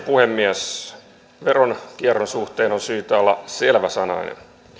puhemies veronkierron suhteen on syytä olla selväsanainen